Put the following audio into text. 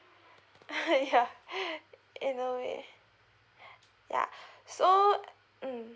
ya in a way ya so mm